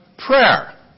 Prayer